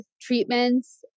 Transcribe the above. treatments